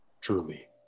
Truly